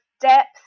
depth